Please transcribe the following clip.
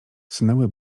sunęły